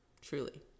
truly